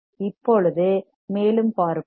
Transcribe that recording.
இப்போது மேலும் பார்ப்போம்